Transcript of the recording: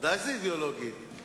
נעביר את זה למיקי איתן.